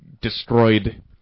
destroyed